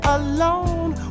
alone